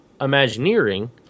Imagineering